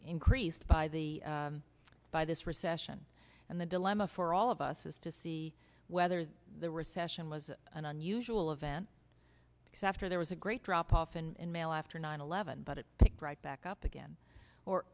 increased by the by this recession and the dilemma for all of us is to see whether the recession was an unusual event because after there was a great drop off in mail after nine eleven but it picked right back up again or